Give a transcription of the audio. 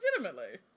Legitimately